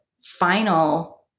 final